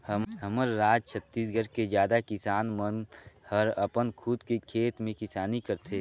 हमर राज छत्तीसगढ़ के जादा किसान मन हर अपन खुद के खेत में किसानी करथे